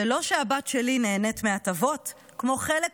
זה לא שהבת שלי נהנית מהטבות כמו חלק